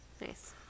nice